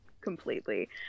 completely